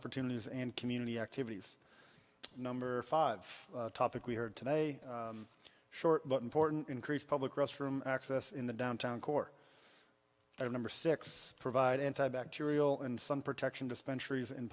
opportunities and community activities number five topic we heard today short but important increased public restroom access in the downtown core number six provide anti bacterial and sun protection